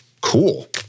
Cool